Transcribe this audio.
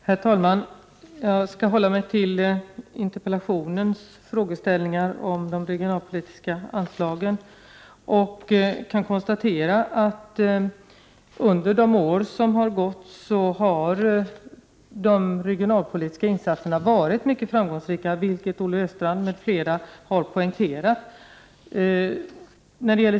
Herr talman! Jag skall hålla mig till de frågeställningar som fanns i interpellationen om de regionalpolitiska anslagen. Jag kan då konstatera att under de år som har gått har de regionalpolitiska insatserna varit mycket framgångsrika, vilket Olle Östrand m.fl. har poängterat.